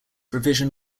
revision